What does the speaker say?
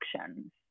actions